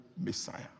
Messiah